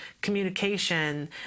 communication